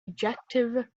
objective